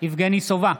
יבגני סובה,